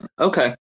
Okay